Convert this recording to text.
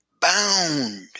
bound